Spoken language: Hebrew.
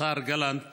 השר גלנט